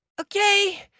Okay